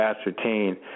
ascertain